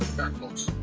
banklogs